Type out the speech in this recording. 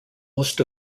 most